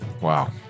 Wow